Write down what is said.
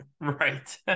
right